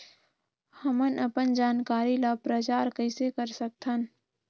हमन अपन जानकारी ल प्रचार कइसे कर सकथन?